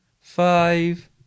Five